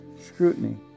scrutiny